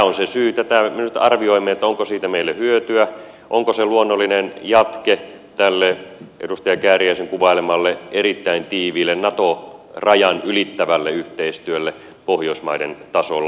tätä me juuri arvioimme onko siitä meille hyötyä onko se luonnollinen jatke tälle edustaja kääriäisen kuvailemalle erittäin tiiviille nato rajan ylittävälle yhteistyölle pohjoismaiden tasolla